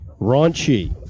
raunchy